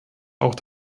auch